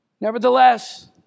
Nevertheless